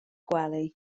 gwely